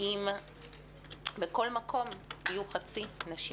אם בכל מקום יהיו חצי נשים.